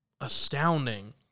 astounding